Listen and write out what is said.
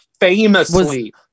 famously